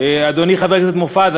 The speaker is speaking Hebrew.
אדוני חבר הכנסת מופז.